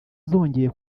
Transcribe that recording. zongeye